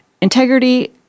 integrity